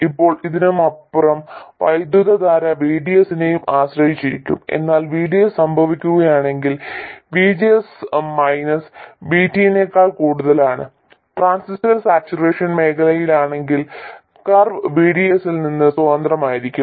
ഇപ്പോൾ ഇതിനപ്പുറം വൈദ്യുതധാര VDS നെയും ആശ്രയിച്ചിരിക്കും എന്നാൽ VDS സംഭവിക്കുകയാണെങ്കിൽ VGS മൈനസ് VT നേക്കാൾ കൂടുതലാണ് ട്രാൻസിസ്റ്റർ സാച്ചുറേഷൻ മേഖലയിലാണെങ്കിൽ കർവ് VDS ൽ നിന്ന് സ്വതന്ത്രമായിരിക്കും